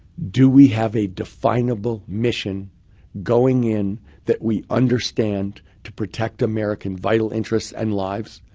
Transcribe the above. do we have a definable mission going in that we understand to protect american vital interests and lives?